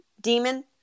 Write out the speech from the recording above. demon